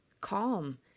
Calm